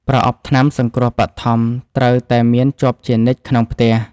ប្រអប់ថ្នាំសង្គ្រោះបឋមត្រូវតែមានជាប់ជានិច្ចក្នុងផ្ទះ។